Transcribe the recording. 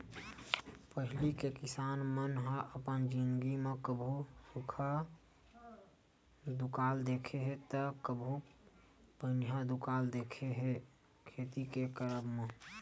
पहिली के किसान मन ह अपन जिनगी म कभू सुक्खा दुकाल देखे हे ता कभू पनिहा दुकाल देखे हे खेती के करब म